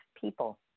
people